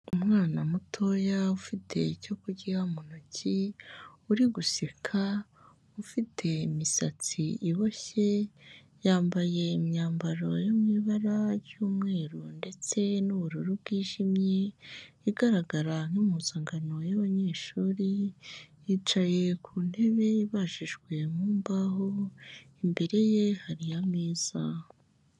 Umwana mutoya ufite icyo kurya mu ntoki, uri guseka, ufite imisatsi iboshye, yambaye imyambaro yo mu ibara ry'umweru ndetse n'ubururu bwijimye, igaragara nk'impuzangano y'abanyeshuri, yicaye ku ntebe ibajijwe mu mbaho, imbere ye hari ameza.